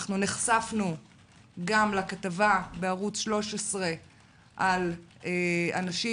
אנחנו נחשפנו גם לכתבה של ערוך 13 על אנשים